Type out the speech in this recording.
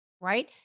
right